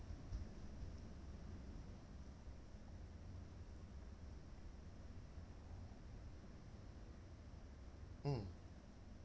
mm